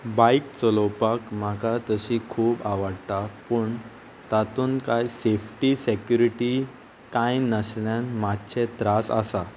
बायक चलोवपाक म्हाका तशी खूब आवडटा पूण तातूंत कांय सेफ्टी सेक्युरिटी कांय नाशिल्ल्यान मातशे त्रास आसा